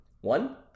One